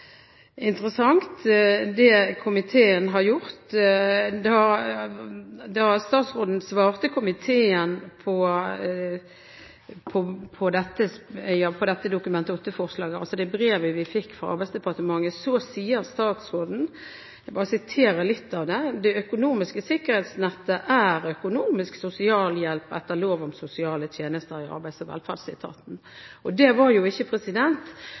interessant, det komiteen har gjort. Statsråden svarte komiteen på dette Dokument 8-forslaget. I det brevet vi fikk fra Arbeidsdepartementet, sa statsråden: «Det økonomiske sikkerhetsnettet er økonomisk sosialhjelp etter lov om sosiale tjenester i Arbeids- og velferdsetaten.» Det var jo ikke,